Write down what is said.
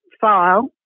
file